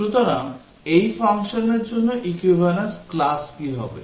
সুতরাং এই ফাংশনের জন্য equivalence class কি হবে